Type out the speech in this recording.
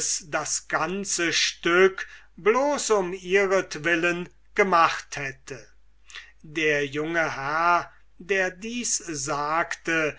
das ganze stück bloß um ihrentwillen gemacht hätte der junge herr der dies sagte